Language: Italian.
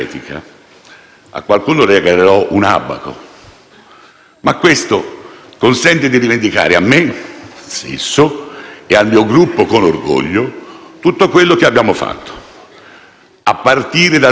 Ma questo consente di rivendicare con orgoglio a me stesso e al mio Gruppo tutto quello che abbiamo fatto, a partire dal ruolo di supplenza politica che abbiamo svolto,